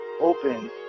open